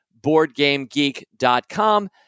boardgamegeek.com